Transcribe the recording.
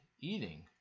Eating